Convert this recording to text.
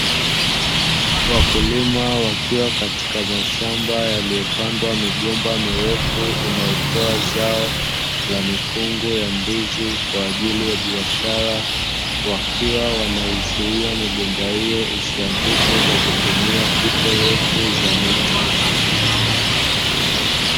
Wakulima wakiwa katika mashamba yaliyopandwa migomba mirefu inayotoa zao la mikungu ya ndizi kwa ajili ya biashara, wakiwa wanaizuia migomba hiyo isianguke kwa kutumia fito refu za miti.